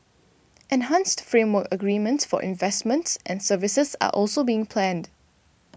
enhanced framework agreements for investments and services are also being planned